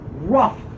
rough